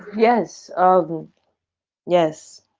yes, um yes,